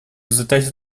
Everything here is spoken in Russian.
результате